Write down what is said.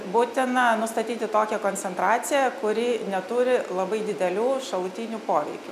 būtina nustatyti tokią koncentraciją kuri neturi labai didelių šalutinių poveikių